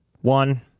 One